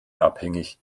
abhängig